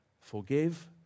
Forgive